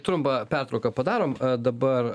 trumpą pertrauką padarom dabar